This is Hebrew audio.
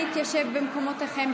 נא להתיישב במקומותיכם,